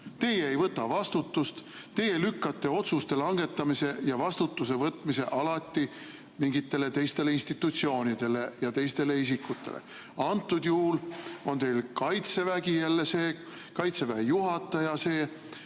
Teie ei võta vastutust, te lükkate otsuste langetamise ja vastutuse võtmise alati mingitele teistele institutsioonidele ja teistele isikutele. Antud juhul on see Kaitsevägi, Kaitseväe juhataja see,